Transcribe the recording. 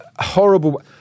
horrible